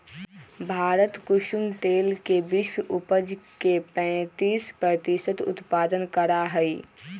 भारत कुसुम तेल के विश्व उपज के पैंतीस प्रतिशत उत्पादन करा हई